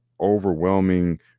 overwhelming